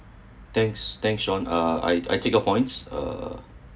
thanks thanks shawn uh I I take out points uh